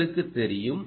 உங்களுக்குத் தெரியும்